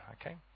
okay